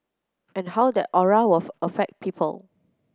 and how that aura of affect people